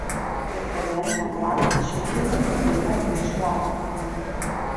prie pvm lengvatos šildymui seimas grįš lapkritį